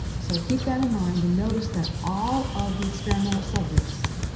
so keep that in mind and notice that all of the experimental subjects,